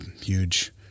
huge